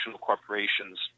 corporations